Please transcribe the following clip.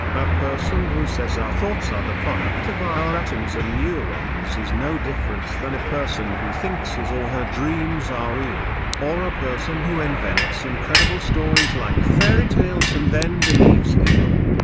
a person who says our thoughts are the product of our atoms and neurons is no different than a person who thinks his or her dreams are real, or a person who invents incredible stories like fairytales and then believes in them.